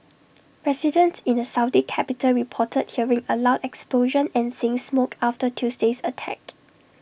residents in the Saudi capital reported hearing A loud explosion and seeing smoke after Tuesday's attack